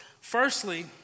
Firstly